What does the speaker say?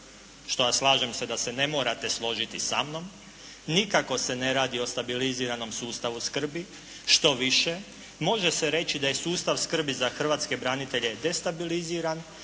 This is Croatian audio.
što ja slažem se da se ne morate složiti sa mnom, nikako se ne radio o stabiliziranom sustavu skrbi, štoviše može se reći da je sustav skrbi za hrvatske branitelje destabiliziran